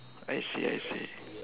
I see I see